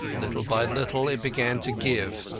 little by little it began to give,